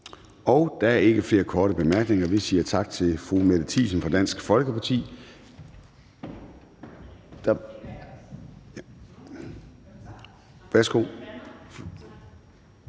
Og der er ikke flere korte bemærkninger. Vi siger tak til fru Sandra Elisabeth